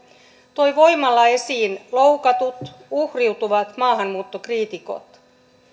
toi voimalla esiin loukatut uhriutuvat maahanmuuttokriitikot